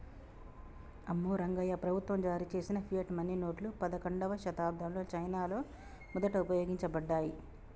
అమ్మో రంగాయ్యా, ప్రభుత్వం జారీ చేసిన ఫియట్ మనీ నోట్లు పదకండవ శతాబ్దంలో చైనాలో మొదట ఉపయోగించబడ్డాయి